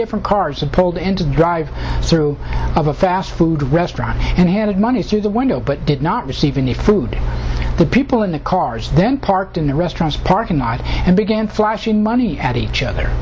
different cars and pulled into the drive through of a fast food restaurant and handed money through the window but did not receive any food the people in the cars then parked in the restaurant's parking lot and began flashing money at each other